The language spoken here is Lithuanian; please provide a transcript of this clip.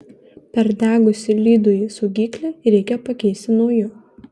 perdegusį lydųjį saugiklį reikia pakeisti nauju